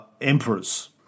emperors